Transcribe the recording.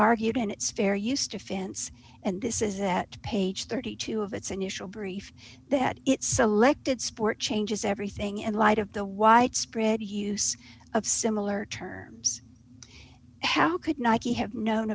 argued in its fair use defense and this is that page thirty two of its initial brief that it selected sport changes everything in light of the widespread use of similar terms how could nike have known